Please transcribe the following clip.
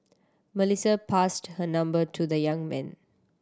Melissa passed her number to the young man